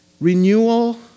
Renewal